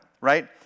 right